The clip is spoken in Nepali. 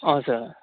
हजुर